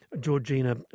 Georgina